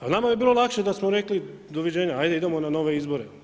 A nama bi bilo lakše da smo rekli doviđenja, ajde idemo na nove izbore.